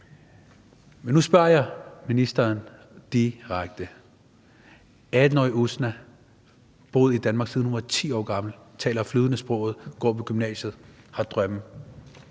Men nu spørger jeg ministeren direkte. 18-årige Usna har boet i Danmark, siden hun var 10 år gammel, taler sproget flydende, går på gymnasiet og har drømme.